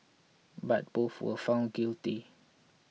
but both were found guilty